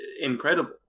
incredible